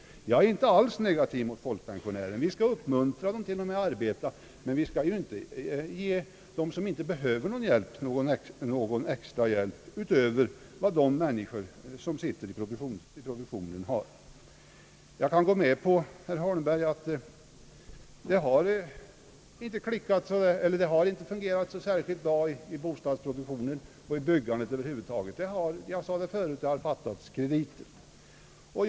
Jag är inte negativ mot folkpensionärerna. Vi skall uppmuntra dem till att arbeta men vi skall inte ge dem någon hjälp utöver vad vi ger de människor som arbetar i produktionen. Jag kan gå med på, herr Holmberg, att det inte fungerat särskilt bra i bostadsproduktionen och i byggandet över huvud taget. Som jag sade förut har det fattats krediter.